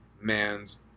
man's